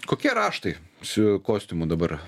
kokie raštai su kostiumu dabar